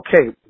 Okay